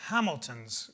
Hamilton's